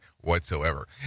whatsoever